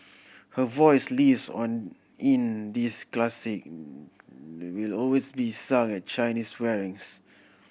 her voice lives on in this classic they will always be sung at Chinese weddings